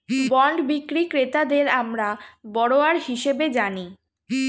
bond বিক্রি ক্রেতাদের আমরা বরোয়ার হিসেবে জানি